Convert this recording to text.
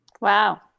Wow